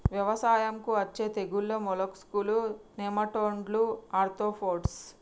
వ్యవసాయంకు అచ్చే తెగుల్లు మోలస్కులు, నెమటోడ్లు, ఆర్తోపోడ్స్